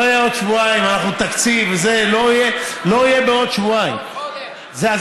זה לא יהיה עוד שבועיים, אנחנו בתקציב וזה.